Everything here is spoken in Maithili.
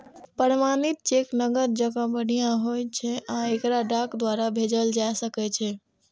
प्रमाणित चेक नकद जकां बढ़िया होइ छै आ एकरा डाक द्वारा भेजल जा सकै छै